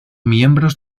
miembros